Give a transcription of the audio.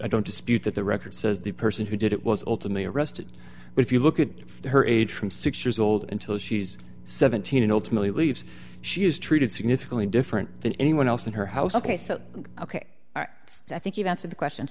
i don't dispute that the record says the person who did it was ultimately arrested but if you look at her age from six years old until she's seventeen and ultimately leaves she is treated significantly different than anyone else in her house ok so ok i think you've answered the question